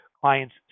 clients